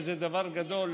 וזה דבר גדול,